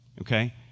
okay